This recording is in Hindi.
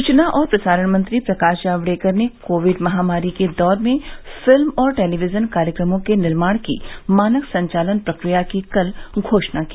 सूचना और प्रसारण मंत्री प्रकाश जावड़ेकर ने कोविड महामारी के दौर में फिल्म और टेलीविजन कार्यक्रमों के निर्माण की मानक संचालन प्रक्रिया की कल घोषणा की